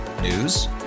News